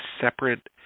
separate